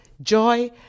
joy